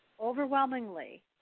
overwhelmingly